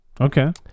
Okay